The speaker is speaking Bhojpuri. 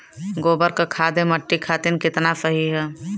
गोबर क खाद्य मट्टी खातिन कितना सही ह?